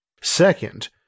Second